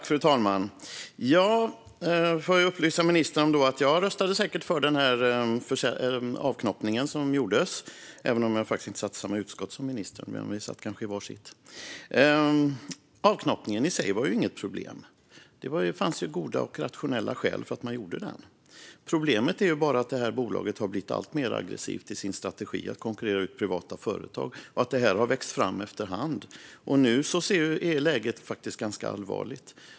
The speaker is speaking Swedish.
Fru talman! Ja, får jag upplysa ministern om, jag röstade säkert för avknoppningen som gjordes - även om jag faktiskt inte satt i samma utskott som ministern. Vi satt kanske i var sitt. Avknoppningen i sig var inget problem. Det fanns goda och rationella skäl till att man gjorde den. Problemet är att bolaget har blivit alltmer aggressivt i sin strategi att konkurrera ut privata företag. Det har vuxit fram efter hand, och nu är läget faktiskt ganska allvarligt.